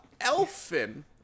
Elfin